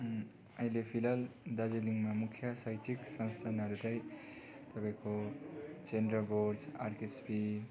अहिले फिलहाल दार्जिलिङमा मुख्य शैक्षिक संस्थानहरू चाहिँ तपाईँको सेन्ट रोबर्ट्स आरकेएसपी